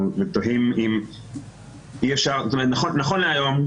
נכון להיום,